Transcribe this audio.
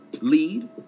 lead